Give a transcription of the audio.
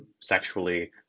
sexually